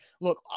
Look